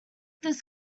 this